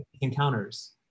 Encounters